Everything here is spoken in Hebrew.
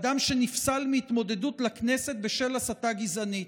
אדם שנפסל מהתמודדות לכנסת בשל הסתה גזענית.